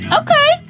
okay